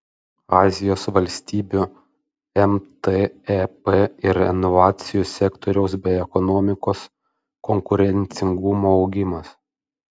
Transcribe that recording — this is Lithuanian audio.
azijos valstybių mtep ir inovacijų sektoriaus bei ekonomikos konkurencingumo augimas